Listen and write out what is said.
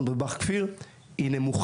בבסיס אימונים חטיבתי (בא"ח) כפיר היא נמוכה.